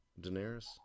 Daenerys